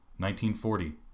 1940